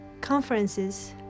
conferences